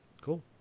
Cool